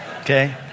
Okay